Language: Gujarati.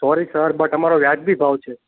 સોરી સર બટ અમારો વ્યાજબી ભાવ છે